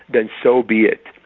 then so be it.